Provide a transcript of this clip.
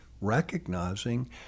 recognizing